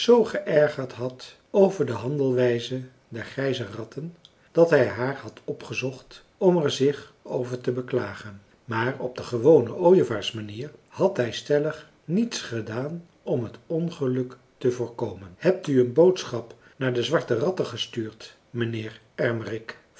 zoo geërgerd had over de handelwijze der grijze ratten dat hij haar had opgezocht om er zich over te beklagen maar op de gewone ooievaarsmanier had hij stellig niets gedaan om het ongeluk te voorkomen hebt u een boodschap naar de zwarte ratten gestuurd mijnheer ermerik